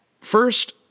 first